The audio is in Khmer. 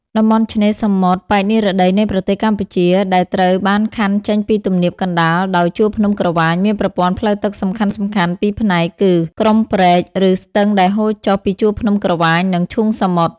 តំបន់ឆ្នេរសមុទ្រប៉ែកនិរតីនៃប្រទេសកម្ពុជា ដែលត្រូវបានខ័ណ្ឌចេញពីទំនាបកណ្តាលដោយជួរភ្នំក្រវាញ មានប្រព័ន្ធផ្លូវទឹកសំខាន់ៗពីរផ្នែកគឺ ក្រុមព្រែក ឬស្ទឹងដែលហូរចុះពីជួរភ្នំក្រវាញ និងឈូងសមុទ្រ។